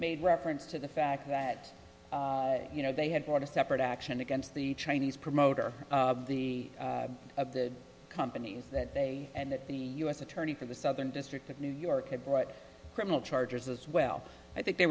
made reference to the fact that you know they had fought a separate action against the chinese promoter of the of the companies that they and that the u s attorney for the southern district of new york had bright criminal charges as well i think they